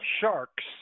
Sharks